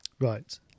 Right